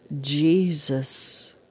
Jesus